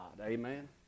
Amen